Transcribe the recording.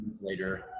later